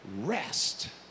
rest